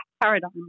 paradigm